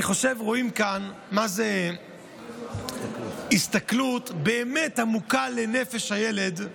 אני חושב שרואים כאן מה זאת הסתכלות באמת עמוקה לנפש הילד.